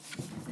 תודה רבה.